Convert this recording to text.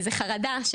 זו חרדה.